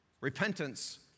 Repentance